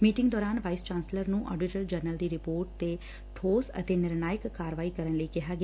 meeting ਦੌਰਾਨ vice chancellor ਨੂੰ auditor general ਦੀ ਰਿਪੋਰਟ ਤੇ ਠੋਸ ਅਤੇ ਨਿਰਣਾਇਕ ਕਾਰਵਾਈ ਕਰਨ ਲਈ ਕਿਹਾ ਗਿਆ